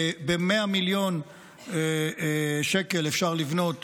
ב-100 מיליון שקלים אפשר לבנות